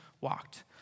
walked